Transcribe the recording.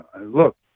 look